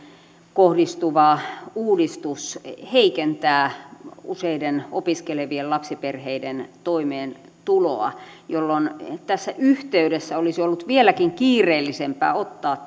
kohdistuva uudistus heikentää useiden opiskelevien lapsiperheiden toimeentuloa jolloin tässä yhteydessä olisi ollut vieläkin kiireellisempää ottaa